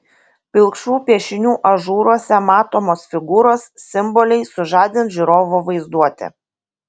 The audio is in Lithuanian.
pilkšvų piešinių ažūruose matomos figūros simboliai sužadins žiūrovo vaizduotę